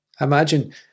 Imagine